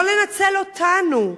לא לנצל אותנו,